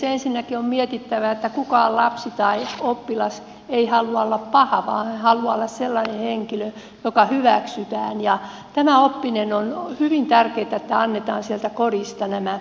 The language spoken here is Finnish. ensinnäkin on mietittävä että kukaan lapsi tai oppilas ei halua olla paha vaan hän haluaa olla sellainen henkilö joka hyväksytään ja tämän oppiminen on hyvin tärkeätä että annetaan sieltä kodista nämä eväät